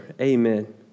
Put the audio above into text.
Amen